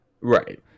Right